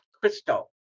Crystal